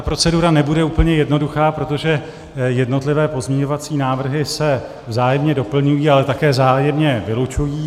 Procedura nebude úplně jednoduchá, protože jednotlivé pozměňovací návrhy se vzájemné doplňují, ale také vzájemné vylučují.